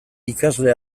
ikasle